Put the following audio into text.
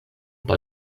por